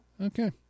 Okay